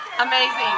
Amazing